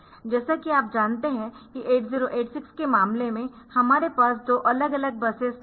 जैसा कि आप जानते है कि 8086 के मामले में हमारे पास 2 अलग अलग बसेस नहीं है